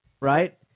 right